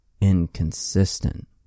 inconsistent